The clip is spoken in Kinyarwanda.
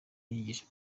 yigisha